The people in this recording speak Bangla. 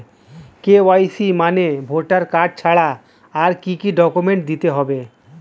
কে.ওয়াই.সি মানে ভোটার কার্ড ছাড়া আর কি কি ডকুমেন্ট দিতে হবে?